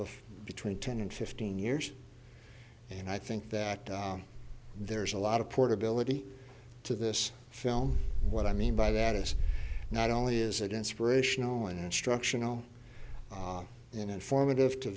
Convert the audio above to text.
of between ten and fifteen years and i think that there's a lot of portability to this film what i mean by that is not only is it inspirational and instructional and informative to